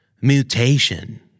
Mutation